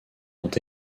ont